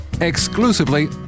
exclusively